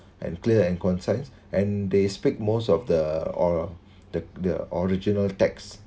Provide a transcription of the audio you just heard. and clear and concise and they speak most of the or the the original text